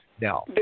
Now